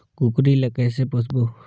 कूकरी ला कइसे पोसबो?